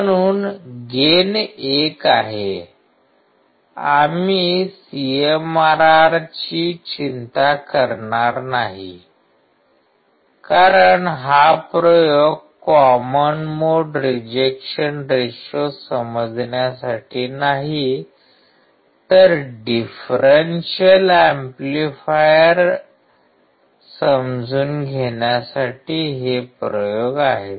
म्हणून गेन 1 आहे आम्ही सी एम आर आरची चिंता करणार नाही कारण हा प्रयोग कॉमन मोड रिजेक्शन रेशो समजण्यासाठी नाही तर डिफरेंशियल एम्पलीफायर समजून घेण्यासाठी हे प्रयोग आहेत